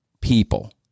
people